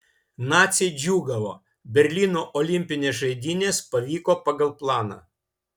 naciai džiūgavo berlyno olimpinės žaidynės pavyko pagal planą